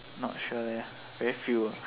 not sure leh very few